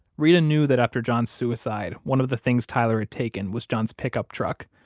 reta knew that after john's suicide, one of the things tyler had taken was john's pickup truck.